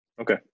Okay